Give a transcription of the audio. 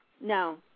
No